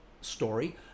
story